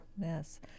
Yes